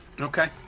Okay